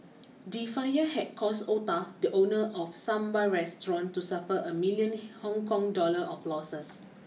the fire had caused Ota the owner of a Sambar restaurant to suffer a million Hong Kong dollar of losses